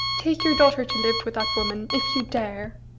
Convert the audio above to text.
take your daughter to live with that woman if you dare.